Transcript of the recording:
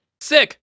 Sick